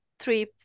Three